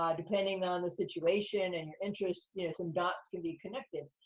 ah depending on the situation and your interest, you know, some dots can be connected.